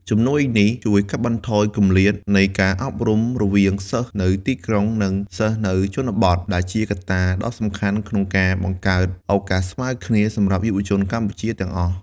ជំនួយនេះជួយកាត់បន្ថយគម្លាតនៃការអប់រំរវាងសិស្សនៅទីក្រុង និងសិស្សនៅជនបទ ដែលជាកត្តាដ៏សំខាន់ក្នុងការបង្កើតឱកាសស្មើគ្នាសម្រាប់យុវជនកម្ពុជាទាំងអស់។